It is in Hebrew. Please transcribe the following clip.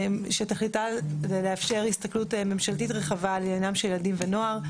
שתכליתה זה לאפשר הסתכלות ממשלתית רחבה על עניינם של ילדים ונוער,